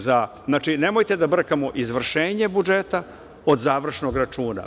Znači, nemojte da brkamo izvršenje budžeta od završnog računa.